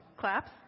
Claps